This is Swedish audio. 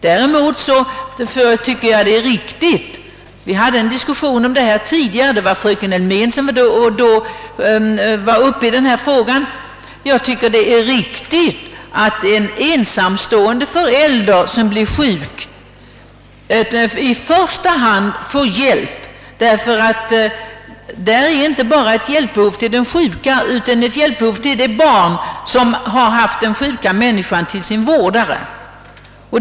Däremot finner jag det riktigt — vi hade diskussion om detta tidigare, då fröken Elmén tog upp frågan — att en ensamstående förälder som blir sjuk i första hand får hjälp, ty då föreligger ett hjälpbehov inte bara hos den sjuka utan också hos det barn som haft henne till vårdare.